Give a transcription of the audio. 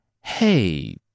Hey